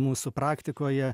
mūsų praktikoje